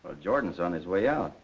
ah jordan's on his way out.